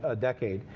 ah decade.